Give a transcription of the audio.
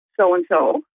so-and-so